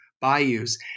bayous